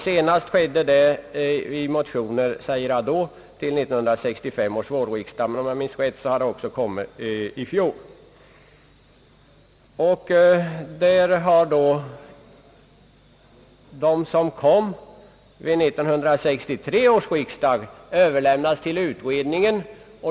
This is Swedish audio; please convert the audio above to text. Senast skedde detta i motioner till 1965 års vårriksdag.» Om jag som sagt minns rätt skedde det också i fjol. Motioner som väcktes vid 1963 års riksdag hade överlämnats till utredningen.